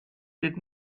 did